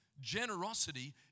generosity